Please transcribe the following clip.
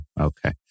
Okay